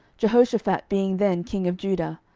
jehoshaphat being then king of judah,